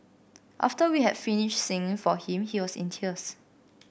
after we had finished singing for him he was in tears